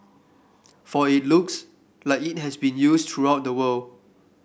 for it looks like it has been used throughout the world